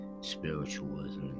spiritualism